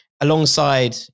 alongside